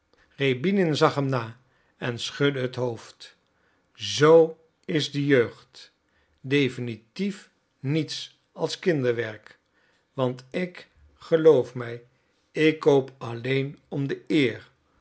rjäbinin zag hem na en schudde het hoofd zoo is de jeugd definitief niets als kinderwerk want ik geloof mij ik koop alleen om de eer